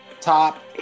top